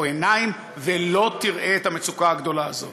או עיניים, ולא תראה את המצוקה הגדולה הזאת.